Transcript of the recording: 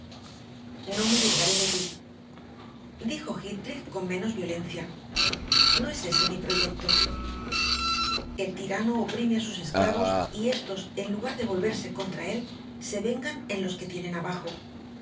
no me vengaré de ti dijo heathcliff con menos violencia no es ése mi proyecto el tirano oprime a sus esclavos y estos en lugar de volverse contra él se vengan en los que tienen debajo